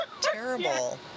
Terrible